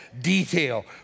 detail